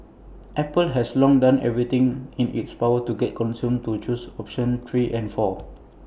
apple has long done everything in its power to get consumers to choose options three and four